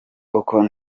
uko